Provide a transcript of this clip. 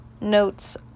Notes